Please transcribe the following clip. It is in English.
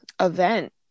event